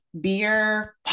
beer